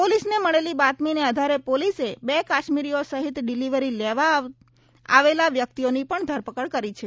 પોલીસને મળેલી બાતમીને આધારે પોલીસે બે કાશ્મીરીઓ સહિત ડિલીવરી લેવા આવેલા વ્યક્તિની પણ ધરપકડ કરી છે